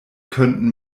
könnten